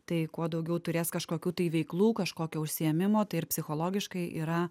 tai kuo daugiau turės kažkokių tai veiklų kažkokio užsiėmimo tai ir psichologiškai yra